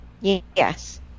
Yes